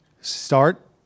Start